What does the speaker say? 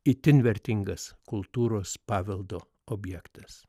itin vertingas kultūros paveldo objektas